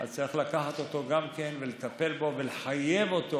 אז צריך לקחת גם אותו ולטפל בו, לחייב אותו